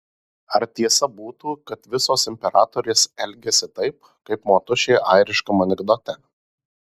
ar tiesa būtų kad visos imperatorės elgiasi taip kaip motušė airiškam anekdote